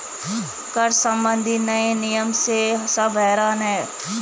कर संबंधी नए नियम से सब हैरान हैं